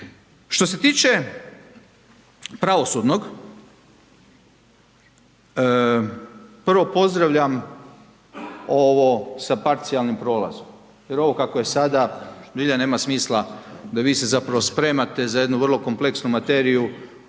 Što se tiče pravosudnog, prvo pozdravljam ovo sa parcijalnim prolazom, jer ovo kako je sada, zbilja nema smisla, da vi se zapravo spremate za jednu vrlo kompleksnu materiju,